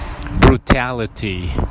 brutality